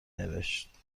نوشت